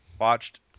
watched